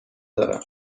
دارم